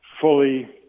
fully